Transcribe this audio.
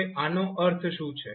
હવે આનો અર્થ શું છે